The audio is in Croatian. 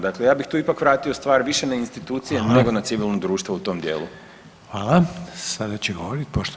Dakle, ja bih tu ipak vratio stvar više na institucije nego na civilno [[Upadica: Hvala.]] društvo u tom dijelu.